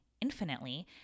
infinitely